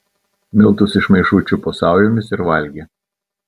miltus iš maišų čiupo saujomis ir valgė